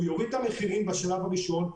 הוא יוריד את המחירים בשלב הראשון,